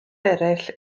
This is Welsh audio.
eraill